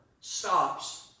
stops